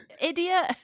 idiot